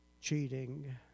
cheating